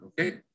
okay